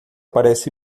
parece